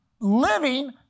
living